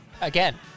Again